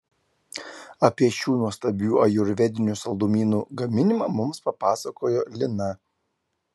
apie šių nuostabių ajurvedinių saldumynų gaminimą mums papasakojo lina